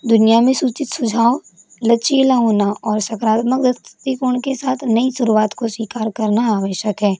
दुनिया में सूचित सुझाव लचीला होना और सकारात्मक दृष्टिकोण के साथ नई शुरुआत को स्वीकार करना आवश्यक है